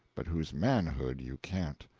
but whose manhood you can't.